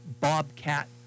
Bobcat